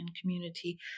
community